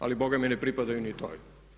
Ali Boga mi ne pripadaju ni toj.